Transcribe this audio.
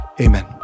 Amen